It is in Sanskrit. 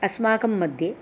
अस्माकं मध्ये